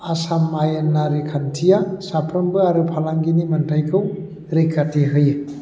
आसाम आयेनारि खान्थिया साफ्रोमबो फालांगिनि मोनथायखौ रैखाथि होयो